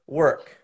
work